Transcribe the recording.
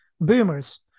boomers